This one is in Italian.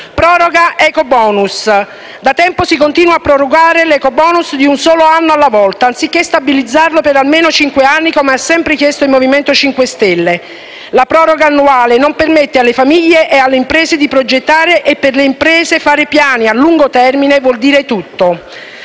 proroga dell'ecobonus*.* Da tempo si continua a prorogare l'ecobonus di un solo anno alla volta, anziché stabilizzarlo per almeno cinque anni come ha sempre chiesto il Movimento 5 Stelle. La proroga annuale non permette alle famiglie e alle imprese di progettare e, per le imprese, fare piani a lungo termine vuol dire tutto.